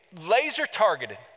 laser-targeted